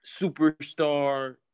Superstar